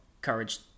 courage